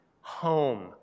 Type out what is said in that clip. home